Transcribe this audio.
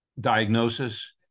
diagnosis